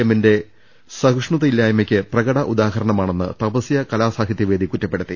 എമ്മിന്റെ സഹിഷ്ണുതയില്ലായ്മയ്ക്ക് പ്രകട ഉദാഹരണമാണെന്ന് തപസ്യ കലാസാഹിത്യവേദി കുറ്റപ്പെടുത്തി